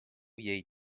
jej